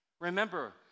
remember